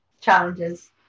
challenges